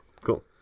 Cool